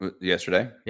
Yesterday